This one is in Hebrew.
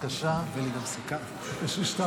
יש לי שתיים.